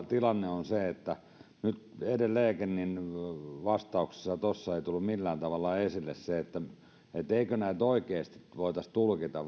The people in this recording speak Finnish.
tilanne on se että nyt edelleenkään vastauksissa ei tullut millään tavalla esille se eikö oikeasti voitaisi tulkita